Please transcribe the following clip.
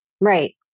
right